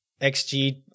XG